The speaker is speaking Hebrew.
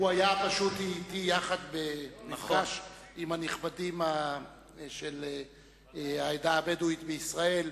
הוא פשוט היה יחד אתי במפגש עם הנכבדים של העדה הבדואית בישראל,